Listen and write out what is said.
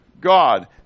God